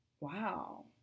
wow